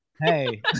Hey